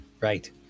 Right